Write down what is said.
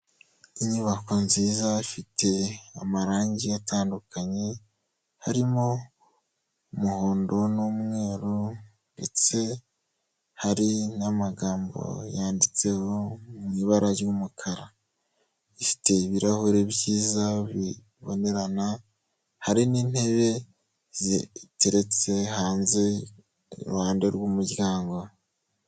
Inyubako nziza ifite amarangi atandukanye, harimo umuhondo n'umweru ndetse hari n'amagambo yanditseho mu ibara ry'umukara, ifite ibirahure byiza bibonerana, hari n'intebe ziteretse hanze iruhande rw'umuryango.